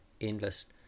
endless